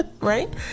right